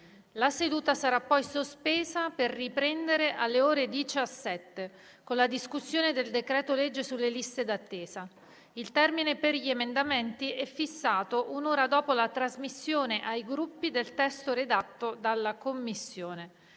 La seduta sarà poi sospesa per riprendere alle ore 17 con la discussione del decreto-legge sulle liste d'attesa. Il termine per gli emendamenti è fissato un'ora dopo la trasmissione ai Gruppi del testo redatto dalla Commissione.